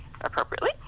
appropriately